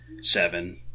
seven